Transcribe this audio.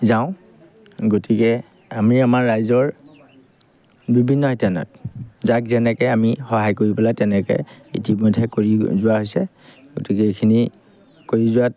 যাওঁ গতিকে আমি আমাৰ ৰাইজৰ বিভিন্ন শিতানত যাক যেনেকৈ আমি সহায় কৰি পেলাই তেনেকৈ ইতিমধ্যে কৰি যোৱা হৈছে গতিকে এইখিনি কৰি যোৱাত